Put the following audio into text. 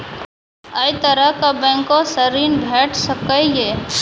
ऐ तरहक बैंकोसऽ ॠण भेट सकै ये?